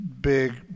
big